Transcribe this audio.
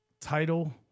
title